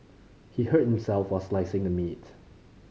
he hurt himself while slicing the meat